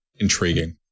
intriguing